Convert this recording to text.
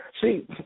See